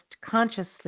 consciously